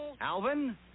Alvin